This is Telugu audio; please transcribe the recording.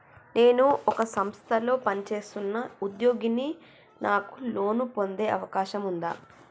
నేను ఒక సంస్థలో పనిచేస్తున్న ఉద్యోగిని నాకు లోను పొందే అవకాశం ఉందా?